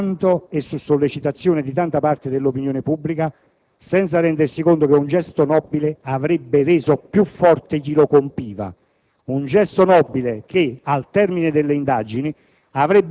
luogo, perché aver atteso tanto e su sollecitazione di tanta parte dell'opinione pubblica, senza rendersi conto che un gesto nobile avrebbe reso più forte chi lo compiva,